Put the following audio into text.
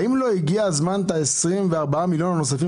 האם לא הגיע הזמן את ה-24 מיליון הנוספים